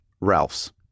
Ralph's